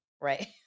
right